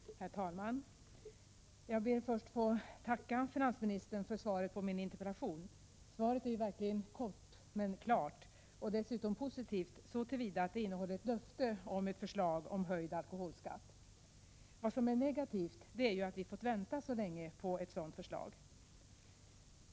Herr talman! Jag ber först att få tacka finansministern för svaret på min interpellation. Svaret är verkligen kort men klart och dessutom positivt så till vida att det innehåller ett löfte om ett förslag om höjd alkoholskatt. Vad som är negativt är ju att vi fått vänta så länge på ett sådant förslag.